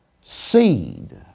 seed